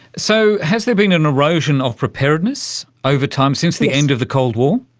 so has there been an erosion of preparedness over time, since the end of the cold war?